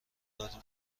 داریم